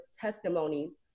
testimonies